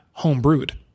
homebrewed